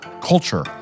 culture